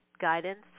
guidance